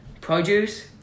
produce